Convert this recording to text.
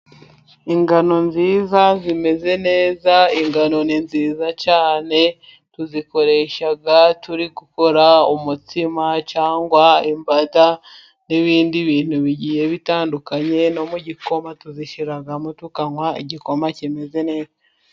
Ingano nziza, zimeze neza, ingano ni nziza cyane, tuzikoresha turi gukora umutsima cyangwa imbada n'ibindi bintu bigiye bitandukanye, no mu gikoma tuzishyiramo tukanywa igikoma kimeze neza.